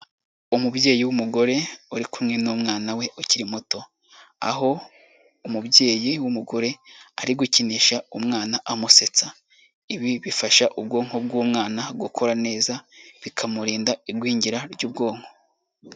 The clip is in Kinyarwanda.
Umubyeyi w'umugore uri kumwe n'umwana we ukiri muto, aho umubyeyi w'umugore ari gukinisha umwana amusetsa, ibi bifasha ubwonko bw'umwana gukora neza, bikamurinda igwingira ry'ubwonko.